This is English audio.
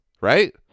right